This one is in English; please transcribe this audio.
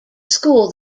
school